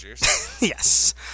Yes